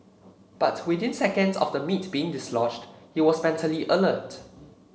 but within seconds of the meat being dislodged he was mentally alert